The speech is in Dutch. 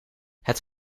het